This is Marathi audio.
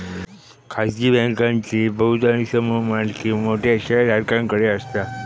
खाजगी बँकांची बहुतांश मालकी मोठ्या शेयरधारकांकडे असता